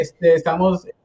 Estamos